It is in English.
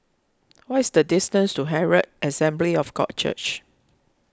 what is the distance to Herald Assembly of God Church